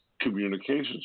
communications